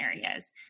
areas